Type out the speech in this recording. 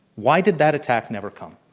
why did that attack never come?